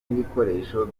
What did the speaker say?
n’ibikoresho